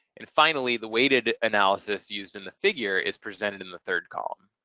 and finally the weighted analysis used in the figure is presented in the third column.